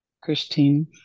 Christine